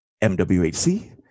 M-W-H-C